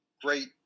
great